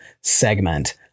segment